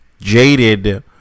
jaded